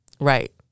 Right